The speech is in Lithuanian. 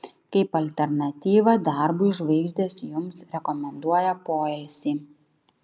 kaip alternatyvą darbui žvaigždės jums rekomenduoja poilsį